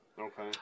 Okay